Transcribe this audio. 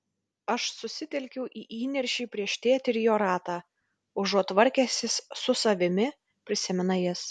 aš susitelkiau į įniršį prieš tėtį ir jo ratą užuot tvarkęsis su savimi prisimena jis